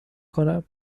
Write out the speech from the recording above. کنم